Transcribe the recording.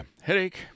headache